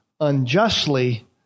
unjustly